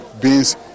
beans